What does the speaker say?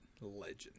legend